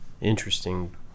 interesting